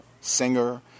singer